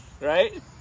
Right